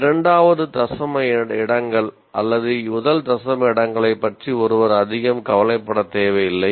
இரண்டாவது தசம இடங்கள் அல்லது முதல் தசம இடங்களைப் பற்றி ஒருவர் அதிகம் கவலைப்பட தேவையில்லை